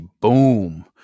boom